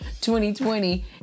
2020